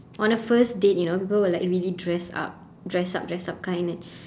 on a first date you know people would like really dress up dress up dress up kind